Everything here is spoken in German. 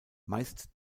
meist